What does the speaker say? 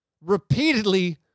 repeatedly